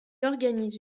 organise